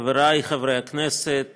חברי חברי הכנסת